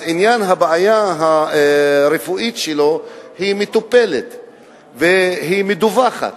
הבעיה הרפואית שלו מטופלת ומדווחת.